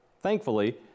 Thankfully